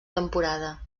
temporada